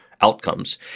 outcomes